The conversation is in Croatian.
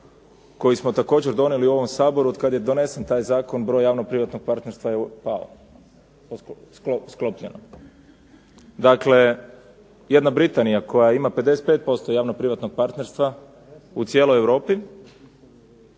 koji smo također donijeli u ovom Saboru. Od kad je donesen taj zakon broj javno-privatnog partnerstva je pao. Dakle, jedna Britanija koja ima 55% javno-privatnog partnerstva u cijeloj Europi